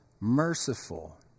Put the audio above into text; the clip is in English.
merciful